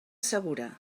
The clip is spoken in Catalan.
segura